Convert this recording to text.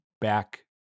back